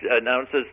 announces